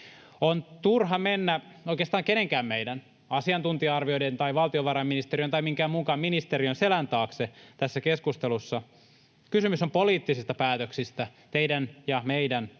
On turha oikeastaan kenenkään meidän mennä asiantuntija-arvioiden tai valtiovarainministeriön tai minkään muunkaan ministeriön selän taakse tässä keskustelussa. Kysymys on poliittisista päätöksistä, teidän ja meidän omista